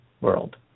world